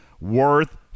worth